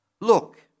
Look